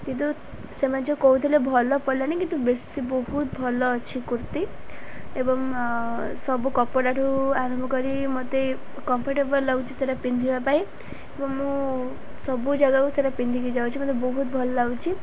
କିନ୍ତୁ ସେମାନେ ଯୋ କହୁଥିଲେ ଭଲ ପଡ଼ିଲାନି କିନ୍ତୁ ବେଶୀ ବହୁତ ଭଲ ଅଛି କୁର୍ତ୍ତୀ ଏବଂ ସବୁ କପଡ଼ାଠୁ ଆରମ୍ଭ କରି ମୋତେ କମ୍ଫର୍ଟେବଲ ଲାଗୁଛି ସେଇଟା ପିନ୍ଧିବା ପାଇଁ ଏବଂ ମୁଁ ସବୁ ଜାଗାକୁ ସେଇଟା ପିନ୍ଧିକି ଯାଉଛି ମୋତେ ବହୁତ ଭଲ ଲାଗୁଛି